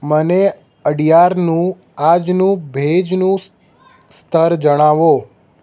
મને અડ્યારનું આજનું ભેજનું સ સ્તર જણાવો